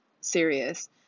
serious